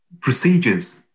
procedures